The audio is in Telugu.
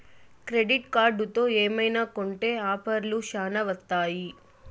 క్రెడిట్ కార్డుతో ఏమైనా కొంటె ఆఫర్లు శ్యానా వత్తాయి